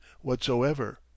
whatsoever